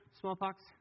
Smallpox